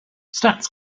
stats